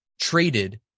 traded